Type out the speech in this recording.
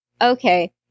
Okay